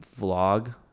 vlog